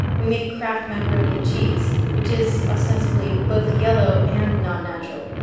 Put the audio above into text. we make kraft macaroni and cheese, which is ostensibly both yellow and non-natural.